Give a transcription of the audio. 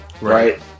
Right